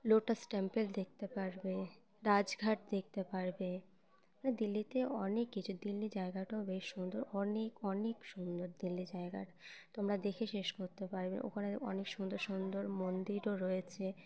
lotus temple দেখতে পারবে রাজঘাট দেখতে পারবে ম দিল্লিতে অনেক কিছু দিল্লির জায়গাটাও বেশ সুন্দর অনেক অনেক সুন্দর দিল্লির জায়গা তোমরা দেখে শেষ করতে পারবে ওখানে অনেক সুন্দর সুন্দর মন্দিরও রয়েছে